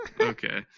Okay